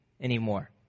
anymore